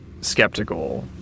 skeptical